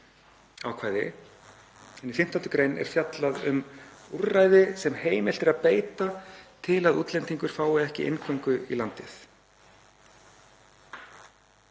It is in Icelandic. ákvæði. Í 15. gr. er fjallað um úrræði sem heimilt er að beita til að útlendingur fái ekki inngöngu í landið.